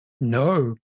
No